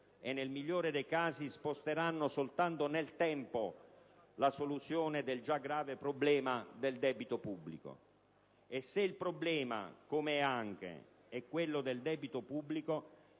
e, nel migliore dei casi, sposteranno soltanto nel tempo la soluzione del già grave problema del debito pubblico. Se inoltre il problema è - com'è anche - quello del debito pubblico,